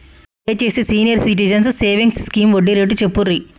దయచేసి senior citizens savings scheme వడ్డీ rate చెప్పుర్రి